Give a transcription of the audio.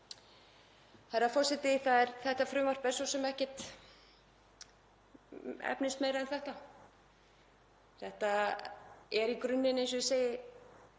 Herra forseti. Þetta frumvarp er svo sem ekkert efnismeira en þetta. Þetta er í grunninn, eins og ég segi,